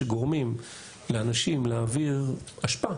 שגורמים לאנשים להעביר אשפה